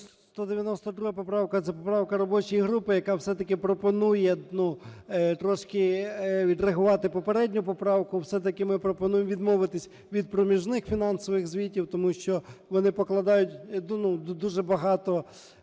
192 поправка, це поправка робочої групи, яка, все-таки, пропонує трошки відредагувати попередню поправку. Все-таки ми пропонуємо відмовитися від проміжних фінансових звітів, тому що вони покладають дуже багато